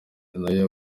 nayo